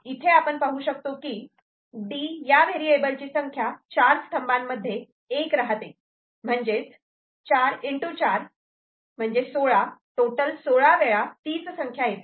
इथे आपण पाहू शकतो की D या व्हेरिएबलची संख्या चार स्तंभा मध्ये 1 रहाते म्हणजेच 4 4 16 टोटल सोळा वेळा तीच संख्या येते